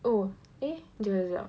oh eh jap jap jap